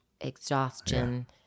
exhaustion